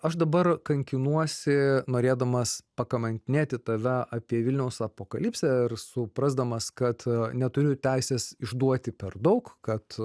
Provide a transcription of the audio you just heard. aš dabar kankinuosi norėdamas pakamantinėti tave apie vilniaus apokalipsę ir suprasdamas kad neturiu teisės išduoti per daug kad